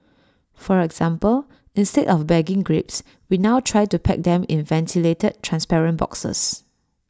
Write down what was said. for example instead of bagging grapes we now try to pack them in ventilated transparent boxes